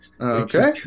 Okay